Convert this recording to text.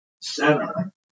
center